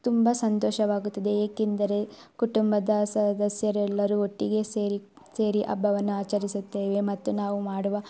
ತುಂಬ ಸಂತೋಷವಾಗುತ್ತದೆ ಏಕೆಂದರೆ ಕುಟುಂಬದ ಸದಸ್ಯರೆಲ್ಲರೂ ಒಟ್ಟಿಗೆ ಸೇರಿ ಸೇರಿ ಹಬ್ಬವನ್ನು ಆಚರಿಸುತ್ತೇವೆ ಮತ್ತು ನಾವು ಮಾಡುವ